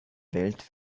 welt